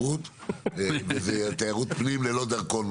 זה תיירות פנים ללא דרכון.